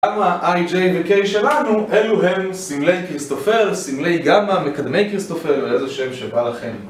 גמא, איי-ג'יי וקיי שלנו, אלו הם סמלי קריסטופר, סמלי גמא, מקדמי קריסטופר ואיזה שם שבא לכם